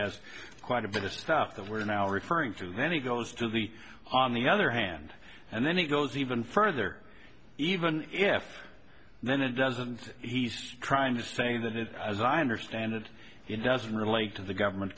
has quite a bit of stuff that we're now referring to then he goes to the on the other hand and then it goes even further even if then it doesn't and he's trying to say that it as i understand it it doesn't relate to the government